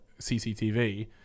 CCTV